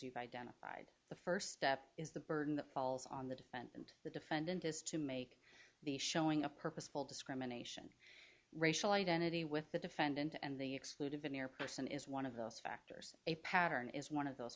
you've identified the first step is the burden falls on the defendant the defendant is to make the showing a purposeful discrimination racial identity with the defendant and the excluded veneer person is one of those factors a pattern is one of those